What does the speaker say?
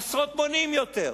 עשרות מונים יותר.